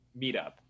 Meetup